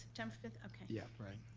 september fifth, okay. yeah, right,